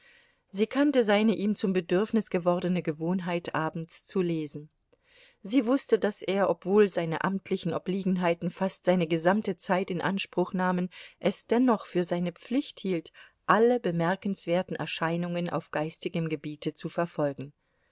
sie kannte seine ihm zum bedürfnis gewordene gewohnheit abends zu lesen sie wußte daß er obwohl seine amtlichen obliegenheiten fast seine gesamte zeit in anspruch nahmen es dennoch für seine pflicht hielt alle bemerkenswerten erscheinungen auf geistigem gebiete zu verfolgen